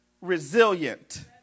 resilient